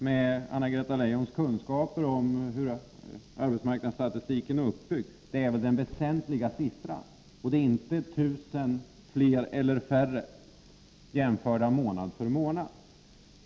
Med Anna-Greta Leijons kunskaper om hur arbetsmarknadsstatistiken är uppbyggd måste hon väl medge att detta är den väsentliga siffran, inte jämförelsen 1 000 fler eller färre månad för månad.